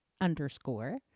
underscore